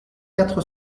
quatre